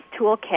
toolkit